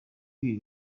ibi